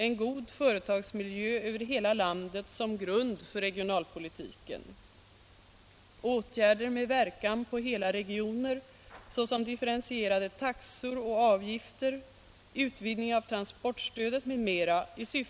En god företagsmiljö över hela landet som grund för regionalpolitiken.